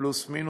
פלוס-מינוס,